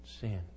sin